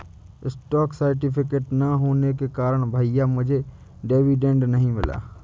stock certificate ना होने के कारण भैया मुझे डिविडेंड नहीं मिला